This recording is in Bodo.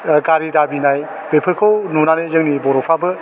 ओह गारि दाबिनाय बेफोरखौ नुनानै जोंनि बर'फ्राबो